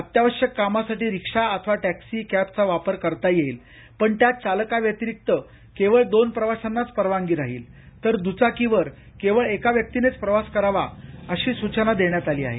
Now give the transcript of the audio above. अत्यावश्यक कामासाठी रिक्षा अथवा टॅक्सी कॅबचा वापर करता येईल पण त्यात चालकांव्यतिरिक्त केवळ दोन प्रवाशांनाच परवानगी राहील तर दुचाकीवर केवळ एका व्यक्तीनेच प्रवास करावा अशी सूचना देण्यात आली आहे